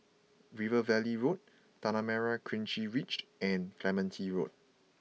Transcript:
River Valley Road Tanah Merah Kechil Ridged and Clementi Road